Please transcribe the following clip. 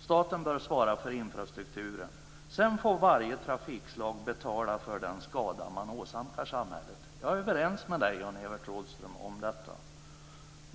Staten bör svara för infrastrukturen. Sedan får varje trafikslag betala för den skada som den åsamkar samhället. Jag är överens med Jan-Evert Rådhström om detta.